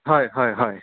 হয় হয় হয়